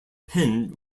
penn